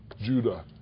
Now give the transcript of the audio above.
Judah